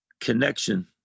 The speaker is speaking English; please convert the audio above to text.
connection